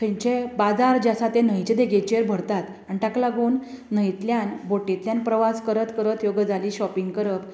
थंयचे बाजार जे आसा ते न्हंयचे देगेचेर भरतात आनी ताका लागून न्हंयतल्यान बोटींटल्यान प्रवास करत करत ह्यो गजाली शाॅपिंग करत